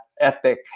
epic